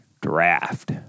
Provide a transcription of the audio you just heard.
draft